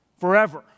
forever